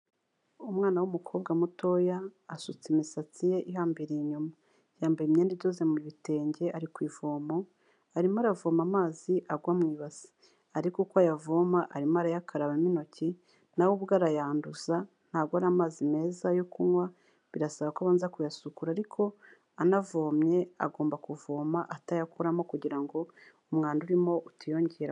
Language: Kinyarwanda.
Umwana w'umukobwa mutoya, asutse imisatsi ye ihambiriye inyuma. Yambaye imyenda idoze mu gitenge, ari ku ivomo; arimo aravoma amazi agwa mu ibasi. Ariko uko ayavoma, arimo arayakarabamo intoki, na we ubwe arayanduza; ntago ari amazi meza yo kunywa, birasaba ko abanza kuyasukura. Ariko anavomye, agomba kuvoma atayakoramo, kugira ngo umwanda urimo utiyongere.